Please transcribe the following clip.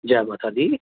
जै माता दी